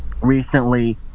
recently